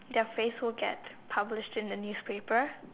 their face will get published in the newspaper